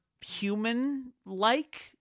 human-like